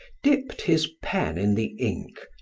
dipped his pen in the ink,